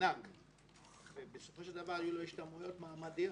ענק ובסופו של דבר יהיו לו השתמעויות מעמדיות.